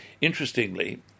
Interestingly